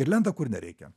ir lenda kur nereikia